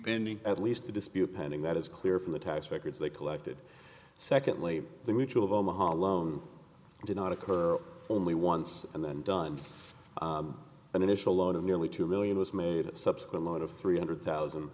pending at least a dispute pending that is clear from the tax records they collected secondly the mutual of omaha loan did not occur only once and then done an initial load of nearly two million was made at subsequent lot of three hundred thousand